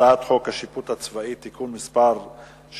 הצעת חוק השיפוט הצבאי (תיקון מס' 61),